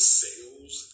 sales